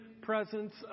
presence